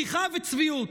בדיחה וצביעות.